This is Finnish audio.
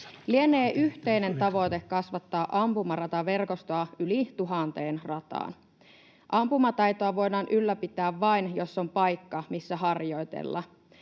Lienee yhteinen tavoite kasvattaa ampumarataverkostoa yli tuhanteen rataan. Ampumataitoa voidaan ylläpitää vain, jos on paikka, missä harjoitella.